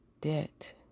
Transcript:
debt